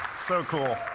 so cool,